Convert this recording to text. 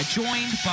joined